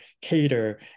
cater